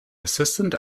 assistant